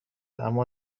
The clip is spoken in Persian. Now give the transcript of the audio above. اما